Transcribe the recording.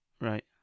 Right